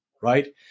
right